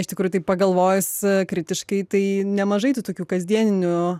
iš tikrųjų tai pagalvojus kritiškai tai nemažai tų tokių kasdieninių